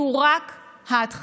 זו רק ההתחלה.